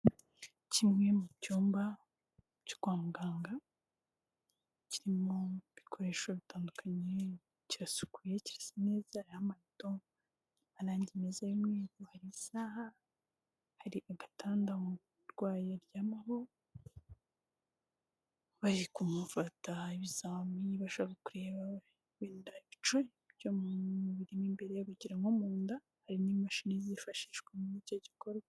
Kimwe mu cyumba cyo kwa muganga kiri mo ibikoresho bitandukanye kirasukuye kirasa neza hariho amarido amarangi meza y'umweru hari isaha, hari agatanda umurwayi aryama ho bari kumufata ibizamini bashaka kureba ibice byo mu mubiri imbere bagera nko mu nda hari n'imashini zifashishwa muri icyo gikorwa.